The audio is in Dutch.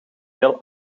heel